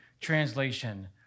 Translation